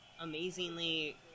amazingly